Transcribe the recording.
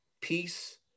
Peace